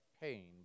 pain